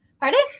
pardon